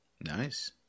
Nice